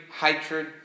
hatred